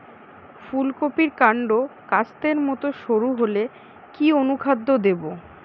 ফুলকপির কান্ড কাস্তের মত সরু হলে কি অনুখাদ্য দেবো?